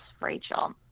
Rachel